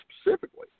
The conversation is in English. specifically